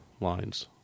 lines